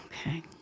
okay